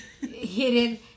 hidden